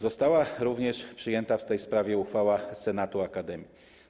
Została również przyjęta w tej sprawie uchwala senatu akademii.